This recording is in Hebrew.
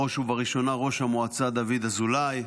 בראש ובראשונה ראש המועצה דוד אזולאי,